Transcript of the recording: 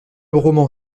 roman